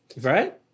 Right